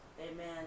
amen